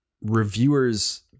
reviewers